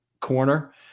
corner